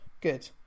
Good